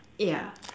yeah